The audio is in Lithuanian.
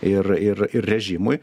ir ir ir režimui